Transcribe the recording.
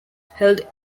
held